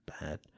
bad